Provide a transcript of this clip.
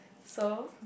so